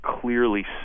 clearly